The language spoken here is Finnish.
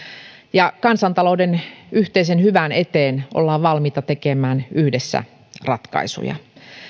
ja että kansantalouden yhteisen hyvän eteen ollaan valmiita tekemään yhdessä ratkaisuja